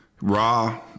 Raw